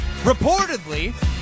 reportedly